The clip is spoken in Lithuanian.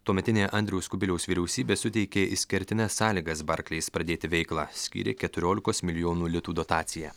tuometinė andriaus kubiliaus vyriausybė suteikė išskirtines sąlygas barkleis pradėti veiklą skyrė keturiolikos milijonų litų dotaciją